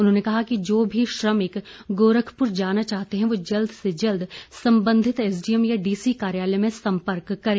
उन्होंने कहा कि जो भी श्रमिक गौरखपुर जाना चाहते हैं वह जल्द से जल्द संबंधित एसडीएम या डीसी कार्यालय में संपर्क करें